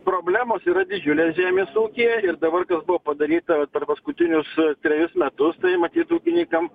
problemos yra didžiulės žemės ūkyje ir dabar kas buvo padaryta per paskutinius e trejus metus tai matyt ūkininkam